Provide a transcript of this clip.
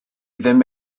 ddim